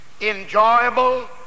enjoyable